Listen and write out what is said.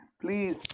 Please